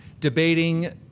debating